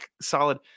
solid